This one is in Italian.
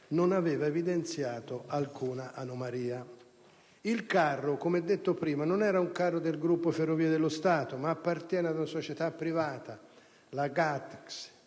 non aveva evidenziato alcuna anomalia. Il carro, come detto prima, non era del Gruppo Ferrovie dello Stato, ma appartiene alla GATX, una società privata